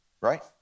Right